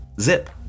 Zip